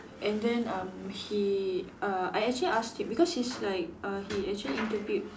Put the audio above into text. and then um he uh I actually asked him because he's like uh he actually interviewed